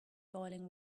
boiling